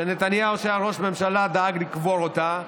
שנתניהו כשהיה ראש הממשלה דאג לקבור אותה,